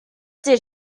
did